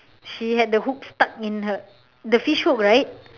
she had the hook stuck in her the fish hook right